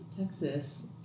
Texas